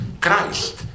Christ